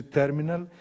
terminal